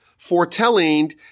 foretelling